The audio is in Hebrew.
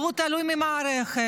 והוא תלוי במערכת.